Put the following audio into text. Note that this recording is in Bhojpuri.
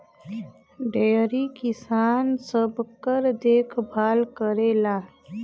डेयरी किसान सबकर देखभाल करेला